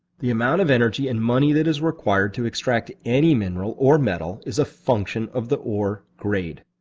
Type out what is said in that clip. the amount of energy and money that is required to extract any mineral or metal is a function of the ore grade.